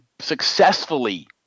successfully